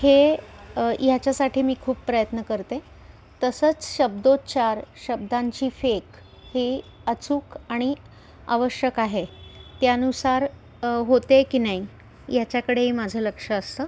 हे ह्याच्यासाठी मी खूप प्रयत्न करते तसंच शब्दोच्चार शब्दांची फेक ही अचूक आणि आवश्यक आहे त्यानुसार होते आहे की नाही याच्याकडेही माझं लक्ष असतं